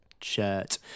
shirt